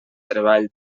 treball